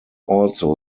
also